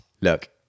look